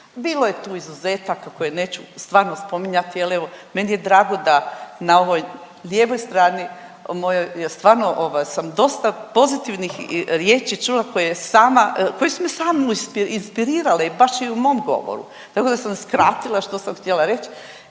bilo je tu izuzetaka koje neću stvarno spominjali, ali evo meni je drago da na ovoj lijevoj strani mojoj ja stvarno ovaj sam dosta pozitivnih riječi čula koje sama, koje su me sami inspirirali baš i u mom govoru. Tako da sam skratila što sam htjela reć